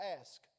ask